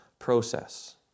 process